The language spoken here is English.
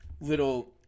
little